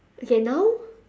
okay now